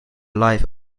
life